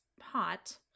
hot